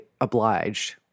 obliged